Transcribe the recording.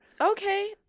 Okay